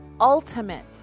ultimate